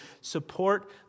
support